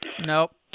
Nope